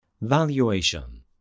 Valuation